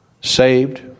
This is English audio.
saved